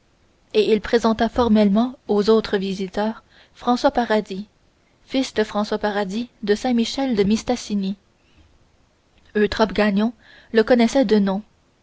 et il présenta formellement aux autres visiteurs françois paradis fils de françois paradis de saint michel de mistassini eutrope gagnon le connaissait de nom